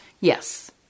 Yes